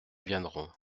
viendront